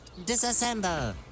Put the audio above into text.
disassemble